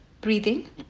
breathing